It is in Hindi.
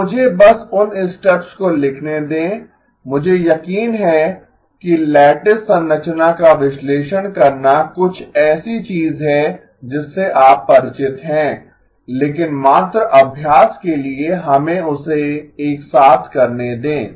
तो मुझे बस उन स्टेप्स को लिखने दें मुझे यकीन है कि लैटिस संरचना का विश्लेषण करना कुछ ऐसी चीज है जिससे आप परिचित हैं लेकिन मात्र अभ्यास के लिए हमें उसे एक साथ करने दें